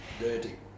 dirty